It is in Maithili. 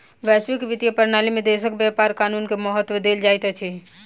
वैश्विक वित्तीय प्रणाली में देशक व्यापार कानून के महत्त्व देल जाइत अछि